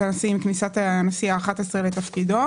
הנשיא עם כניסת הנשיא ה-11 לתפקידו.